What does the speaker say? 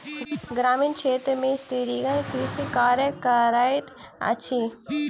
ग्रामीण क्षेत्र में स्त्रीगण कृषि कार्य करैत अछि